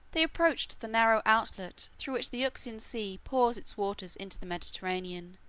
they approached the narrow outlet through which the euxine sea pours its waters into the mediterranean,